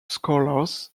scholars